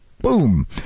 boom